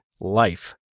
life